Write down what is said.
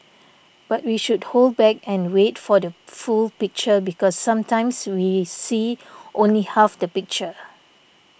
but we should hold back and wait for the full picture because sometimes we see only half the picture